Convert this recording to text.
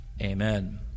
amen